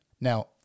Now